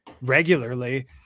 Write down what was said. regularly